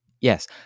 Yes